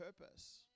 purpose